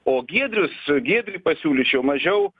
o giedrius giedriui pasiūlyčiau mažiau